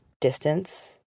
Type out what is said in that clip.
distance